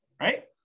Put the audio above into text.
right